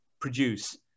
produce